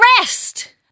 arrest